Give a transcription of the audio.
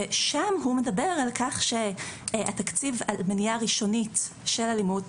ששם הוא מדבר על כך שהתקציב למניעה ראשונית של אלימות